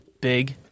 big